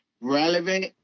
relevant